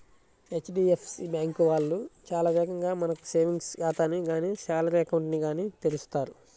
HDFC bank వాళ్ళు చాలా వేగంగా మనకు సేవింగ్స్ ఖాతాని గానీ శాలరీ అకౌంట్ ని గానీ తెరుస్తారు